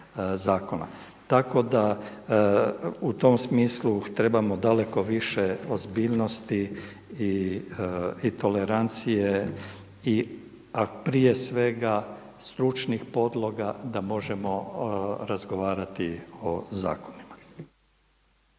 Tako da u tom smislu trebamo daleko više ozbiljnosti i tolerancije i prije svega stručnih podloga da možemo razgovarati o zakonima.